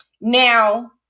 now